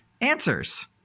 answers